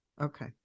Okay